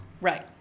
Right